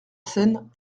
scène